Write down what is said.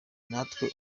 natwe